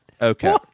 okay